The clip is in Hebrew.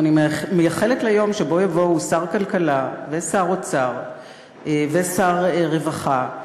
ואני מייחלת ליום שבו יבואו שר כלכלה ושר אוצר ושר רווחה,